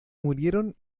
murieron